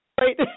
right